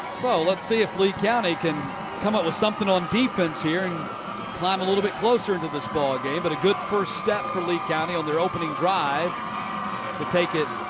so let's see if lee county can come up with something on defense here and climb a little bit closer into this ball game. but a good first step for lee county on the opening drive to take it